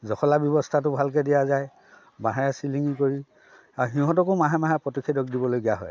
জখলা ব্যৱস্থাটো ভালকে দিয়া যায় বাঁহেৰে চিলিং কৰি আৰু সিহঁতকো মাহে মাহে প্ৰতিষেধক দিবলগীয়া হয়